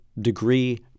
degree